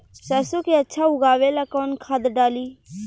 सरसो के अच्छा उगावेला कवन खाद्य डाली?